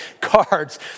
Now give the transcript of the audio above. cards